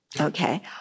okay